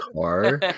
car